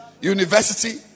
university